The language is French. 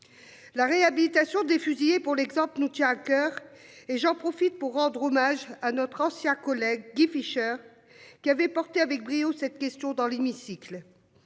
La réhabilitation des fusillés pour l'exemple nous Charles coeur et j'en profite pour rendre hommage à notre ancien collègue Guy Fischer. Qui avait porté avec brio cette question dans l'hémicycle.